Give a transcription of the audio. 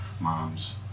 moms